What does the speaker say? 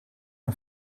een